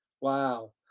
wow